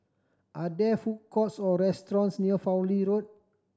are there food courts or restaurants near Fowlie Road